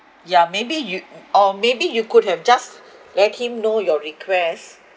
yeah maybe you or maybe you could have just let him know your request